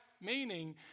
meaning